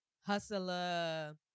hustler